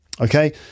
okay